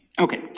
Okay